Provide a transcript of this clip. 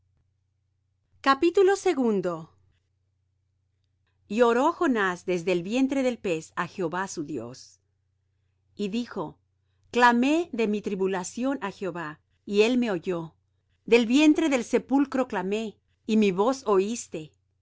tres noches y oró jonás desde el vientre del pez á jehová su dios y dijo clamé de mi tribulación á jehová y él me oyó del vientre del sepulcro clamé y mi voz oiste